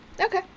Okay